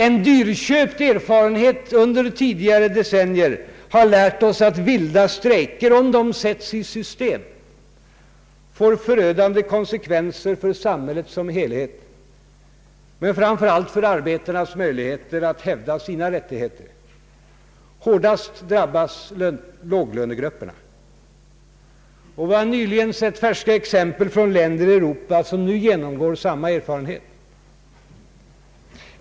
En dyrköpt erfarenhet under tidigare decennier har lärt oss att vilda strejker, om de sätts i system, får förödande konsekvenser för samhället som helhet men framför allt för arbetarnas möjligheter att hävda sina rättigheter. Hårdast drabbas låglönegrupperna. Vi har nyligen sett färska exempel från länder i Europa, vilka nu genomgår samma erfarenhet.